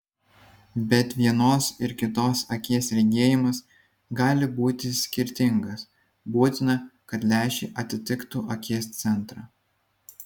bet vienos ir kitos akies regėjimas gali būti skirtingas būtina kad lęšiai atitiktų akies centrą